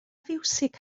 fiwsig